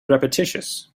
repetitious